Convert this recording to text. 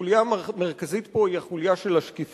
חוליה מרכזית פה היא החוליה של השקיפות: